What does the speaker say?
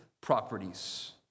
properties